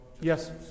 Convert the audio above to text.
Yes